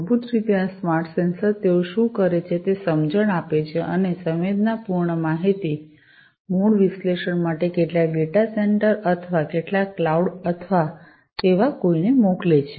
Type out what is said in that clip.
મૂળભૂત રીતે આ સ્માર્ટ સેન્સર્સ તેઓ શું કરે છે તે સમજણ આપે છે અને સંવેદનાપૂર્ણ માહિતી મૂળ વિશ્લેષણ માટે કેટલાક ડેટા સેન્ટર અથવા કેટલાક ક્લાઉડ અથવા તેવા કોઈક ને મોકલે છે